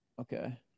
Okay